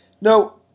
No